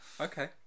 Okay